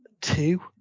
two